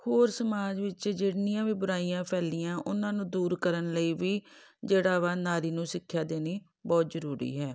ਹੋਰ ਸਮਾਜ ਵਿੱਚ ਜਿੰਨੀਆਂ ਵੀ ਬੁਰਾਈਆਂ ਫੈਲੀਆਂ ਉਹਨਾਂ ਨੂੰ ਦੂਰ ਕਰਨ ਲਈ ਵੀ ਜਿਹੜਾ ਵਾ ਨਾਰੀ ਨੂੰ ਸਿੱਖਿਆ ਦੇਣੀ ਬਹੁਤ ਜ਼ਰੂਰੀ ਹੈ